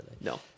No